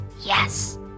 Yes